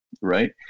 Right